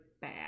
bad